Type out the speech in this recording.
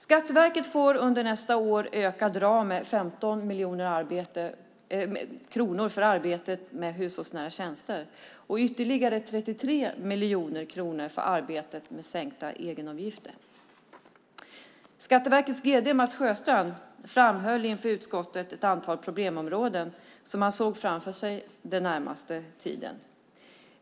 Skatteverket får under nästa år en ökad ram med 15 miljoner kronor för arbetet med hushållsnära tjänster och ytterligare 33 miljoner kronor för arbetet med sänkta egenavgifter. Skatteverkets gd Mats Sjöstrand framhöll inför utskottet ett antal problemområden som han såg framför sig den närmaste tiden.